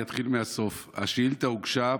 אני אתחיל מהסוף: 1. השאילתה הוגשה,